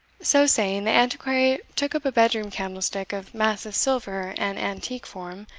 so saying, the antiquary took up a bedroom candlestick of massive silver and antique form,